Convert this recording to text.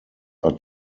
are